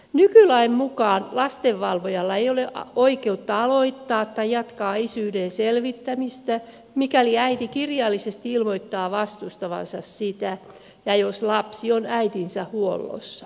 nykylain mukaan lastenvalvojalla ei ole oikeutta aloittaa tai jatkaa isyyden selvittämistä mikäli äiti kirjallisesti ilmoittaa vastustavansa sitä ja jos lapsi on äitinsä huollossa